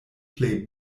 plej